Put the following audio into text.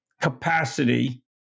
capacity